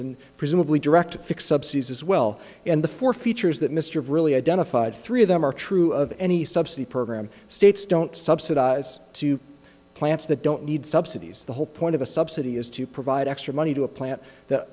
and presumably direct fics subsidies as well and the four features that mr of really identified three of them are true of any subsidy program states don't subsidize two plants that don't need subsidies the whole point of a subsidy is to provide extra money to a plant that